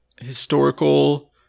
historical